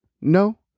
No